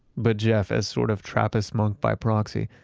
but jef is sort of trappist monk by proxy,